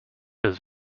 does